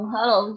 Hello